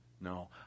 No